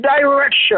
direction